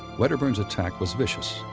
wedderburn's attack was vicious,